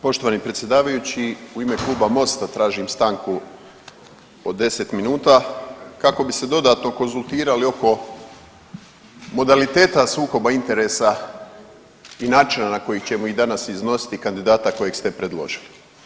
Poštovani predsjedavajući, u ime Kluba MOST-a tražim stanku od 10 minuta kako bi se dodatno konzultirali oko modaliteta sukoba interesa i načina na koji ćemo i danas iznositi kandidata kojeg ste predložili.